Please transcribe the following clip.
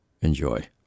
Enjoy